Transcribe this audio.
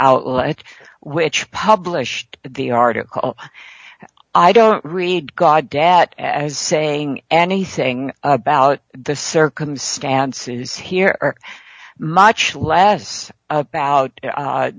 outlets which published the article i don't read godat as saying anything about the circumstances here much less about